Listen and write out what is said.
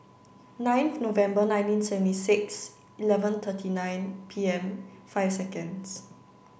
ninth November nineteen seventy six eleven thirty nine P M five seconds